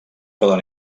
poden